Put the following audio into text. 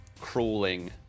crawling